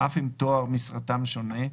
אף אם תואר משרתם שונה,